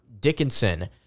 Dickinson